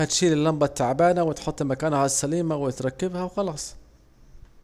هتشيل اللمبة التعبانة وتحط مكانها السليمة وتركبها وخلاص